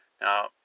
Now